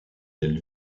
elle